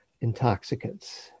intoxicants